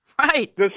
right